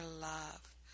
love